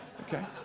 Okay